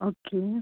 okay